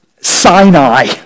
Sinai